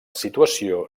situació